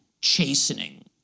chastening